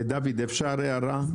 דוד, אפשר הערה?